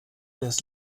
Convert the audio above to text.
das